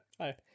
Hi